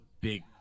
big